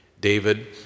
David